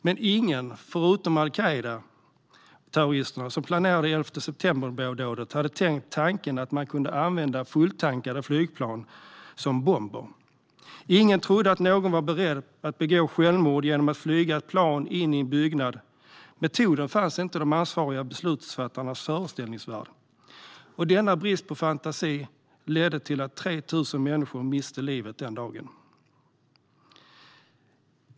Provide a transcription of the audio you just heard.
Men ingen, förutom al-Qaida-terroristerna som planerade 11 september-dådet, hade tänkt tanken att man kunde använda fulltankade flygplan som bomber. Ingen trodde att någon var beredd att begå självmord genom att flyga ett plan in i en byggnad. Metoden fanns inte i de ansvariga beslutsfattarnas föreställningsvärld. Denna brist på fantasi ledde till att 3 000 människor miste livet den dagen.